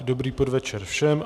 Dobrý podvečer všem.